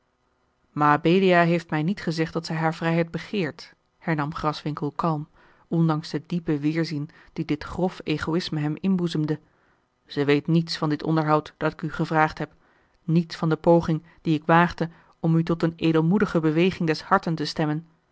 mabelia heeft mij niet gezegd dat zij hare vrijheid begeert hernam graswinckel kalm ondanks den diepen weêrzin die dit grof egoïsme hem inboezemde zij weet niets van dit onderhoud dat ik u gevraagd heb niets van de poging die ik waagde om u tot eene edelmoedige beweging des harten te stemmen